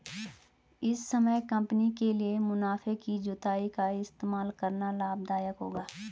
इस समय कंपनी के लिए मुनाफे की जुताई का इस्तेमाल करना लाभ दायक होगा